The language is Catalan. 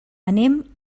anem